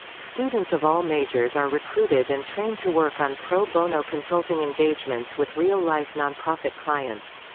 students of all majors are recruited and trained to work on pro-bono consulting engagements with real-life nonprofit clients.